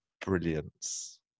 brilliance